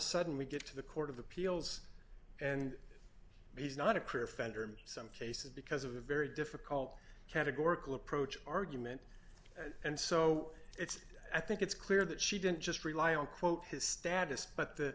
sudden we get to the court of appeals and he's not a clear fender and some cases because of a very difficult categorical approach argument and so it's i think it's clear that she didn't just rely on quote his status but t